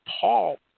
Paul